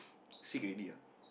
sick already ah